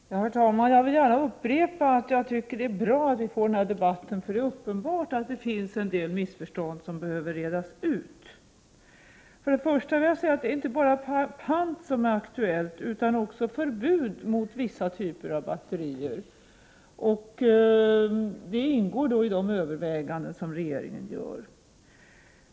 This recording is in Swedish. Prot. 1988/89:56 Herr talman! Jag vill gärna upprepa att jag tycker att det är bra att vi får 27 januari 1989 denna debatt. Det är uppenbart att det finns en del missförstånd som behöver redas ut. För det första vill jag säga att det inte bara är aktuellt att införa pant utan också förbud mot vissa typer av batterier. Detta ingår i de överväganden som regeringen gör.